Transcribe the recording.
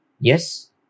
Yes